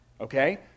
okay